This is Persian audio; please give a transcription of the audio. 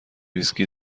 ویسکی